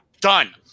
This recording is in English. Done